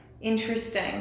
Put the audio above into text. interesting